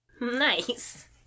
Nice